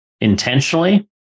intentionally